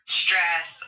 stress